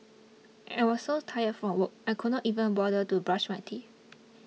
I was so tired from work I could not even bother to brush my teeth